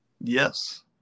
Yes